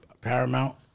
Paramount